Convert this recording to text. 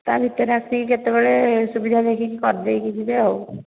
ତା ଭିତରେ ଆସିକି କେତେବେଳେ ସୁବିଧା ଦେଖିକି କରିଦେଇକି ଯିବେ ଆଉ